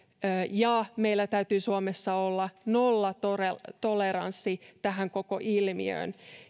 ja meillä täytyy suomessa olla nollatoleranssi tähän koko ilmiöön